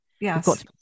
Yes